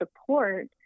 support